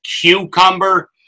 cucumber